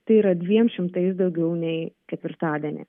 tai yra dviem šimtais daugiau nei ketvirtadienį